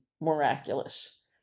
miraculous